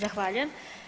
Zahvaljujem.